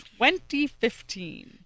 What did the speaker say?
2015